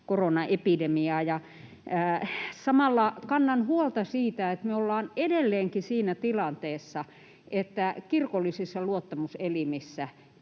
koronaepidemiaa. Samalla kannan huolta siitä, että me ollaan edelleenkin siinä tilanteessa, että kirkollisissa luottamuselimissä